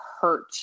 hurt